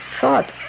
thought